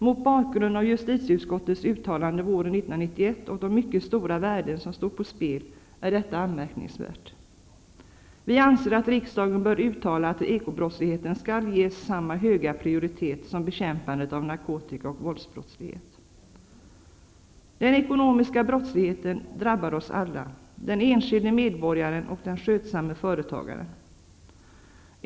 Mot bakgrund av justitieutskottets uttalanden våren 1991 och de mycket stora värden som står på spel är detta anmärkningsvärt. Vi anser att riksdagen bör uttala att ekobrottsligheten skall ges samma höga prioritet som bekämpandet av narkotika och våldsbrottslighet. Den ekonomiska brottsligheten drabbar oss alla; den enskilde medborgaren och den skötsamme företagaren.